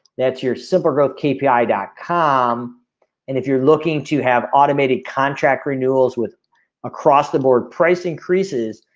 that's your super growth kp yeah dot com and if you're looking to have automated contract renewals with across-the-board price increases,